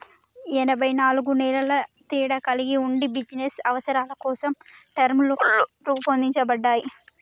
ఎనబై నాలుగు నెలల తేడా కలిగి ఉండి బిజినస్ అవసరాల కోసం టర్మ్ లోన్లు రూపొందించబడ్డాయి